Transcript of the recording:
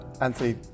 Anthony